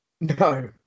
No